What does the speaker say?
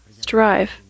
strive